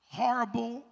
horrible